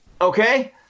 Okay